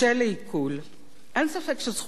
אין ספק שזכותך להביע את עמדתך,